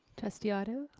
trustee otto.